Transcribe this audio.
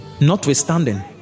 notwithstanding